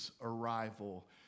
arrival